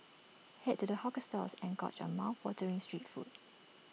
Head to the hawker stalls and gorge on mouthwatering street food